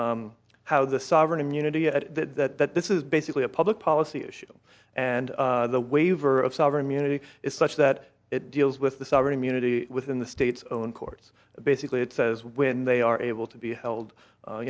how the sovereign immunity at that this is basically a public policy issue and the waiver of sovereign immunity is such that it deals with the sovereign immunity within the state's own courts basically it says when they are able to be held